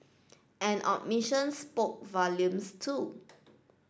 an omission spoke volumes too